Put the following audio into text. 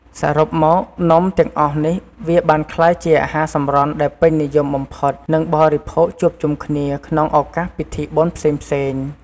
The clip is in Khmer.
សរុបមកនំទាំងអស់នេះវាបានក្លាយជាអាហារសម្រន់ដែលពេញនិយមបំផុត និងបរិភោគជួបជុំគ្នាក្នុងឧកាសពិធីបុណ្យផ្សេងៗ។